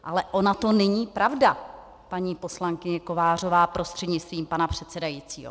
Ale ona to není pravda, paní poslankyně Kovářová prostřednictvím pana předsedajícího!